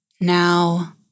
now